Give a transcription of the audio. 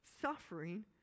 suffering